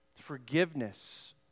forgiveness